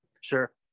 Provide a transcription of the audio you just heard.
Sure